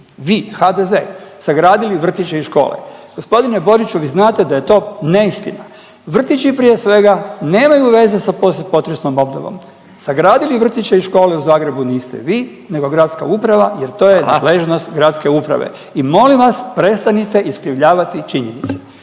vi HDZ sagradili vrtiće i škole. Gospodine Boriću vi znate da je to neistina. Vrtići prije svega nemaju veze za poslije potresnom obnovom. Sagradili vrtiće i škole u Zagrebu niste vi, nego gradska uprava jer to je nadležnost gradske uprave. …/Upadica Radin: Hvala./… I molim vas prestanite iskrivljavati činjenice!